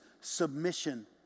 submission